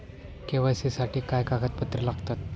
KYC साठी काय कागदपत्रे लागतात?